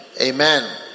Amen